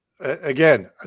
again